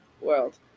world